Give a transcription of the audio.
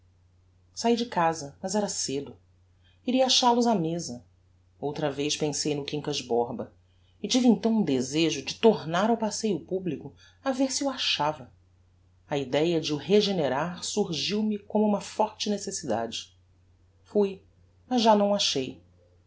saí de casa mas era cedo iria achal os á mesa outra vez pensei no quincas borba e tive então um desejo de tornar ao passeio publico a ver se o achava a idéa de o regenerar surgiu me como uma forte necessidade fui mas já não o achei